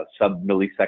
sub-millisecond